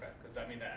cause i mean,